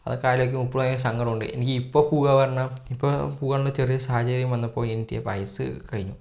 അതൊക്കെ ആലോചിക്കുമ്പോൾ ഇപ്പോഴും അതിനൊരു സങ്കട ഉണ്ട് എനിക്ക് ഇപ്പോൾ പോവാം പറഞ്ഞാൽ ഇപ്പം പോവാനുള്ള ചെറിയ സാഹചര്യം വന്നപ്പോൾ എൻറെ വയസ്സ് കഴിഞ്ഞു